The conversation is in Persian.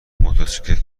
موتورسیکلت